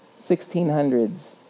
1600s